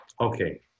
Okay